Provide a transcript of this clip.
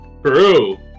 True